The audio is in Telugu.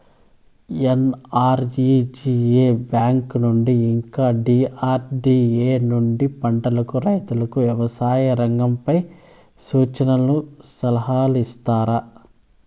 ఎన్.ఆర్.ఇ.జి.ఎ బ్యాంకు నుండి ఇంకా డి.ఆర్.డి.ఎ నుండి పంటలకు రైతుకు వ్యవసాయ రంగంపై సూచనలను సలహాలు ఇచ్చారా